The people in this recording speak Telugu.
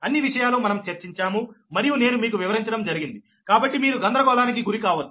అన్ని విషయాలు మనం చర్చించాము మరియు నేను మీకు వివరించడం జరిగింది కాబట్టి మీరు గందరగోళానికి గురి కావొద్దు